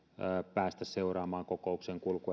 päästä seuraamaan kokouksen kulkua